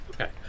Okay